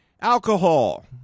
alcohol